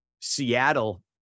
Seattle